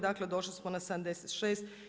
Dakle, došli smo na 76.